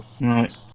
Right